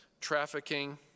trafficking